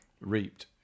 reaped